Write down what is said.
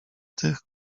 tych